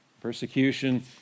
Persecution